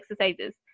exercises